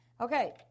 Okay